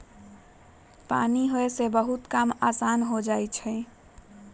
पानी होय से बहुते काम असान हो जाई छई